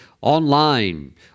online